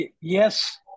Yes